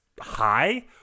high